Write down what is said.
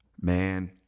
Man